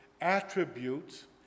attributes